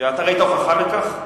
אתה ראית הוכחה לכך?